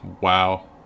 wow